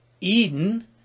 Eden